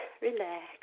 relax